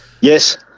Yes